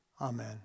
Amen